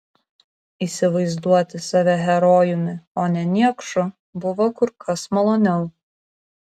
įsivaizduoti save herojumi o ne niekšu buvo kur kas maloniau